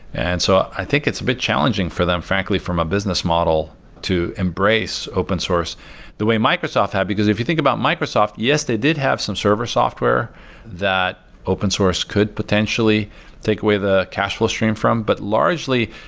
and so i think it's a bit challenging for them, frankly, from a business model, to embrace open source the way microsoft had. because if you think about microsoft, yes, they did have some server software that open source could potentially take away the cash flow stream from, but largely,